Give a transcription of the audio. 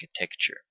architecture